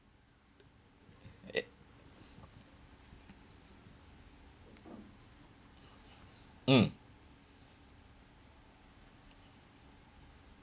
mm